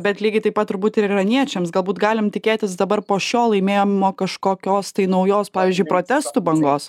bet lygiai taip pat turbūt ir iraniečiams galbūt galim tikėtis dabar po šio laimėjimo kažkokios tai naujos pavyzdžiui protestų bangos